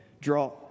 draw